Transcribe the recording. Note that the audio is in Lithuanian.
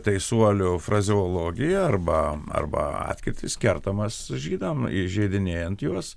teisuolių frazeologija arba arba atkirtis kertamas žydam įžeidinėjant juos